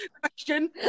question